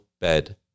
bed